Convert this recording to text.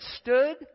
stood